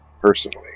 personally